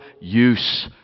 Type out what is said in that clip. use